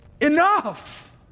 enough